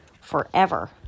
forever